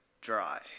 dry